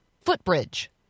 footbridge